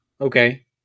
Okay